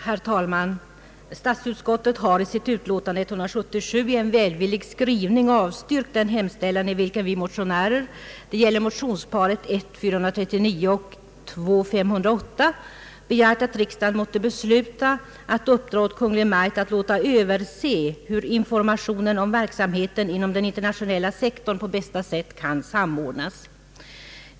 Herr talman! Statsutskottet har i sitt utlåtande nr 177 i en välvillig skrivning avstyrkt en hemställan i vilken vi motionärer — det gäller motionsparet I: 439 och II: 508 — begärt att riksdagen måtte besluta att uppdra åt Kungl. Maj:t att låta överse hur informationen om verksamheten inom den internationella sektorn på bästa sätt kan samordnas.